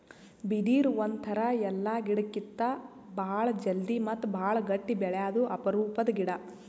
ಬಿದಿರ್ ಒಂಥರಾ ಎಲ್ಲಾ ಗಿಡಕ್ಕಿತ್ತಾ ಭಾಳ್ ಜಲ್ದಿ ಮತ್ತ್ ಭಾಳ್ ಗಟ್ಟಿ ಬೆಳ್ಯಾದು ಅಪರೂಪದ್ ಗಿಡಾ